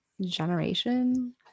generation